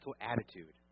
attitude